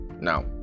now